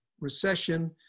recession